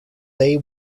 they